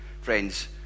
friends